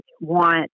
want